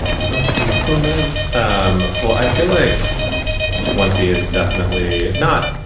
so sweet. so nice um well, i feel like twenty is definitely not.